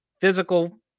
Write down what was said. physical